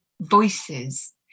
voices